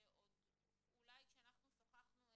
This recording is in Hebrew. אולי כשאנחנו שוחחנו,